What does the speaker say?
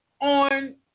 on